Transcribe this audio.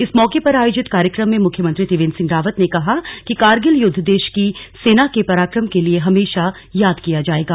इस मौके पर आयोजित कार्यक्रम में मुख्यमंत्री त्रिवेन्द्र सिंह रावत ने कहा कि कारगिल युद्ध देश की सेना के पराक्रम के लिए हमेशा याद किया जाएगा